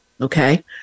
okay